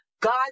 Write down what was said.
God